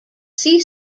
sea